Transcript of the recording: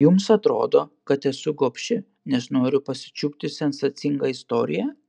jums atrodo kad esu gobši nes noriu pasičiupti sensacingą istoriją